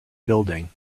building